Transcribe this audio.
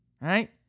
Right